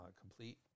complete